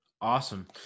awesome